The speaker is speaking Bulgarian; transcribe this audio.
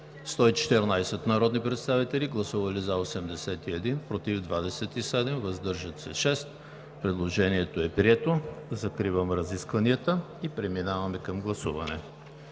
114 народни представители: за 81, против 27, въздържали се 6. Предложението е прието. Закривам разискванията и преминаваме към гласуване.